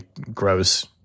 gross